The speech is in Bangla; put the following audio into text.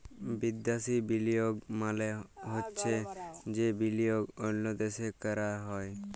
বিদ্যাসি বিলিয়গ মালে চ্ছে যে বিলিয়গ অল্য দ্যাশে ক্যরা হ্যয়